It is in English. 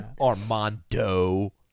Armando